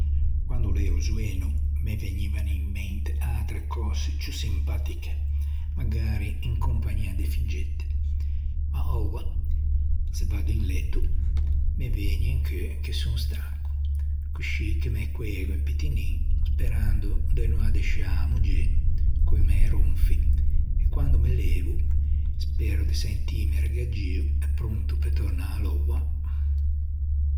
Quande o l'ea zoeno me vegnivan in mente træ cöse ciù simpatiche magari in compagnia de figgette. Ma oua se vaggo in letto me vëgne in cheu che son stanco, coscì che me coego un pittinin sperando de no addesciâ mæ moggê co-i mæ ronfi e quande me levo spero de sentîme regaggio e pronto pe tornâ à louâ.